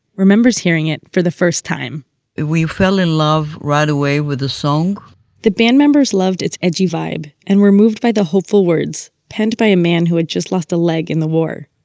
remembers hearing it for the first time we fell in love right away with the song the band members loved its edgy vibe, and were moved by the hopeful words penned by a man who had just lost a leg in the war.